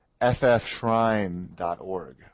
ffshrine.org